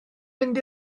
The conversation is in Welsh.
mynd